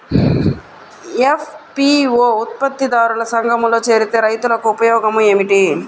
FPO ఉత్పత్తి దారుల సంఘములో చేరితే రైతులకు ఉపయోగము ఏమిటి?